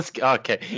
Okay